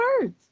words